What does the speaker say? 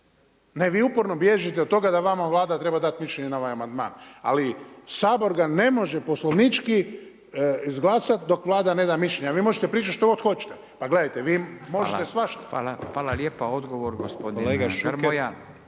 ne vi uporno bježite od toga da vama Vlada treba dati mišljenje na ovaj amandman. Ali Sabor ga ne može poslovnički izglasat dok Vlada ne da mišljenje. Vi možete pričat što god hoćete, pa gledajte, vi možete svašta. **Radin, Furio (Nezavisni)** Hvala,